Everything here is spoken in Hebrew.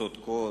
צודקות,